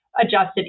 adjusted